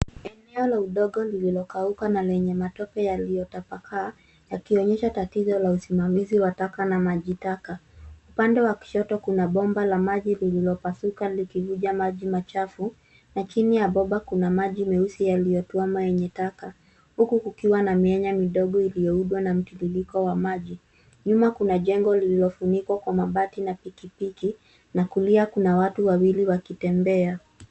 Eneo la udongo lililokauka na lenye matope yaliyotapakaa, yakionyesha tatizo la usimamizi wa taka na maji taka. Upande wa kushoto kuna bomba la maji lililopasuka likivuja maji machafu na chini ya bomba kuna maji meusi yaliyotuama yenye taka, huku kukiwa na mianya midogo iliyoumbwa na mtiririko wa maji. Nyuma kuna jengo lililofunikwa kwa mabati na pikipiki na kulia kuna watu wawili wakitembea.